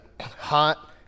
Hot